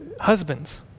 husbands